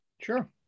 Sure